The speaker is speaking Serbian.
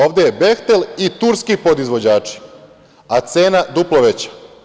Ovde je „Behtel“ i turski podizvođači, a cena duplo veća.